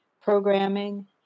programming